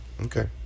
Okay